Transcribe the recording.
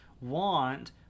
want